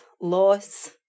loss